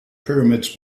pyramids